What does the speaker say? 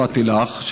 לא הפרעתי לך.